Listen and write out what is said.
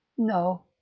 no,